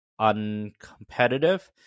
uncompetitive